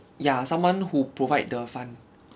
ya someone who provide the fund